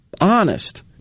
honest